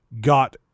got